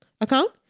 account